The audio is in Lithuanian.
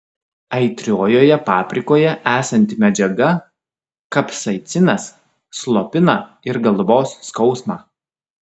aitriojoje paprikoje esanti medžiaga kapsaicinas slopina ir galvos skausmą